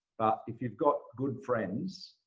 if you've got good friends